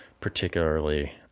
particularly